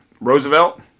roosevelt